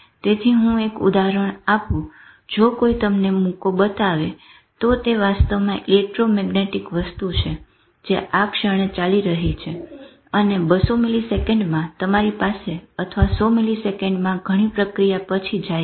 તેથી હું એક ઉદાહરણ આપું જો કોઈ તમને મુક્કો બતાવે તો તે વાસ્તવમાં ઇલેક્ટ્રોમેગ્નેટિક વસ્તુ છે જે આ ક્ષણે ચાલી રહી છે અને 200 મિલીસેકન્ડમાં તમારી પાસે અથવા 100 મિલીસેકન્ડમાં ઘણી પ્રક્રિયા પછી જાય છે